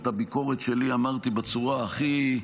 את הביקורת שלי אמרתי בצורה הכי,